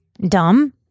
dumb